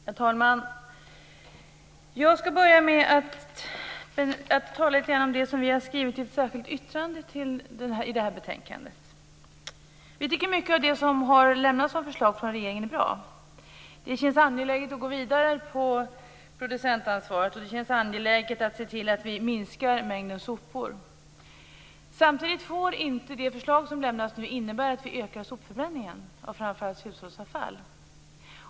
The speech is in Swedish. Herr talman! Jag skall börja med att tala litet grand om det som vi har skrivit i ett särskilt yttrande till betänkandet. Mycket av det som har lämnats som förslag från regeringen är bra. Det känns angeläget att gå vidare med producentansvaret, och att se till att vi minskar mängden sopor. Samtidigt får inte det förslag som lämnas nu innebära en ökad sopförbränning av framför allt hushållsavfall.